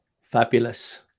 fabulous